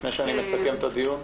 לפני שאני מסכם את הדיון.